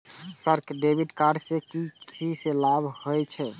Sir debit card से की से की लाभ हे छे?